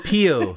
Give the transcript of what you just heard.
Pio